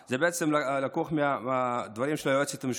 זה לקוח מהדברים של היועצת המשפטית,